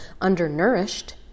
undernourished